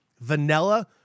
vanilla